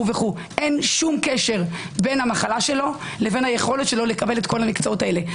אין שום קשר בין המחלה שלו ליכולתו לקבל את כל המקצועות האלה.